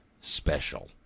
Special